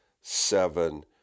seven